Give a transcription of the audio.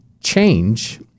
change